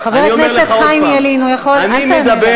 מה לא יכול להיות?